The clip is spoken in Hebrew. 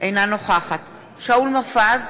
אינה נוכחת שאול מופז,